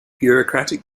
bureaucratic